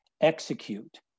execute